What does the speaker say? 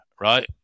right